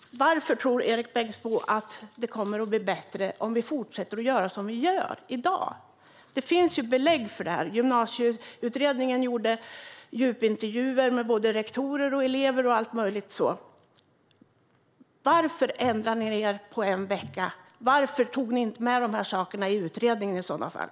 Varför tror Erik Bengtzboe att det kommer att bli bättre om vi fortsätter att göra som vi gör i dag? Det finns ju belägg för det här. Gymnasieutredningen gjorde djupintervjuer med både rektorer, elever och alla möjliga. Varför ändrade ni er på en vecka? Varför tog ni inte med de här sakerna i utredningen i så fall?